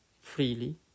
freely